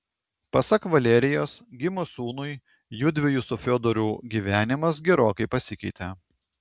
pasak valerijos gimus sūnui judviejų su fiodoru gyvenimas gerokai pasikeitė